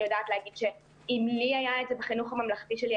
אני יודעת להגיד שאם לי היה את זה בחינוך הממלכתי שלי,